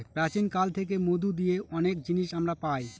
প্রাচীন কাল থেকে মধু দিয়ে অনেক জিনিস আমরা পায়